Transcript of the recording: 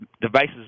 devices